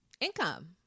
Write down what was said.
income